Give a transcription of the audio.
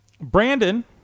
Brandon